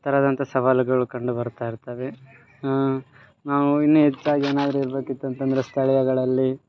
ಥರದಂಥ ಸವಾಲುಗಳು ಕಂಡು ಬರ್ತಾ ಇರ್ತವೆ ನಾವು ಇನ್ನು ಹೆಚ್ಚಾಗಿ ಏನಾದರು ಇರ್ಬೇಕಿತ್ತಂದ್ರೆ ಸ್ಥಳೀಯಗಳಲ್ಲಿ